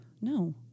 No